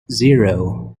zero